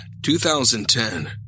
2010